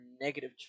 negative